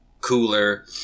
cooler